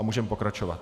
Můžeme pokračovat.